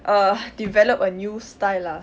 uh develop a new style lah